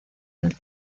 del